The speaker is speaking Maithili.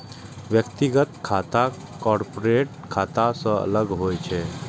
व्यक्तिगत खाता कॉरपोरेट खाता सं अलग होइ छै